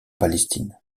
palestine